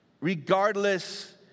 regardless